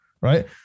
right